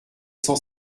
cent